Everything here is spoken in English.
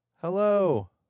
Hello